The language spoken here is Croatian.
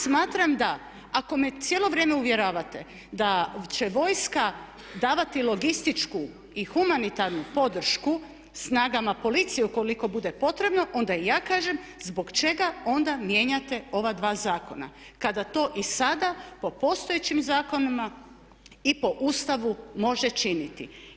Smatram da ako me cijelo vrijeme uvjeravate da će vojska davati logističku i humanitarnu podršku snagama policije ukoliko bude potrebno onda i ja kažem zbog čega onda mijenjate ova dva zakona kada to i sada po postojećim zakonima i po Ustavu može činiti.